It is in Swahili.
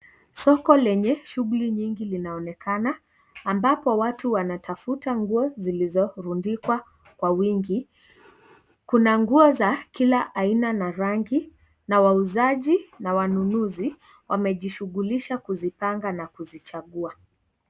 Soko lenye shughuli nyingi linaonekana, ambapo watu wanatafuta nguo zilizorundikwa kwa wingi. Kuna nguo za kila aina na rangi na wauzaji na wanunuzi, wamejishughulisha kuzipanga na kuzichagua.